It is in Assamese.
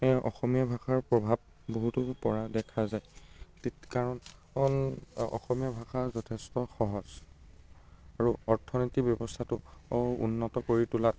অসমীয়া ভাষাৰ প্ৰভাৱ বহুতো পৰা দেখা যায় তে কাৰণ অসমীয়া ভাষা যথেষ্ট সহজ আৰু অৰ্থনীতি ব্যৱস্থাটো উন্নত কৰি তুলাত